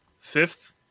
fifth